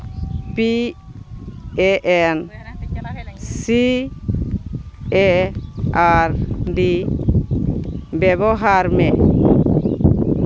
P A N C A R D ᱵᱮᱵᱚᱦᱟᱨ ᱢᱮ